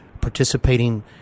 participating